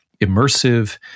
immersive